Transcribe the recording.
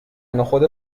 نخود